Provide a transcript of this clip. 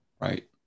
right